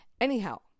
Anyhow